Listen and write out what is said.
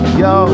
yo